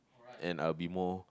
and I'll be more